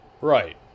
Right